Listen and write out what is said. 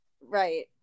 Right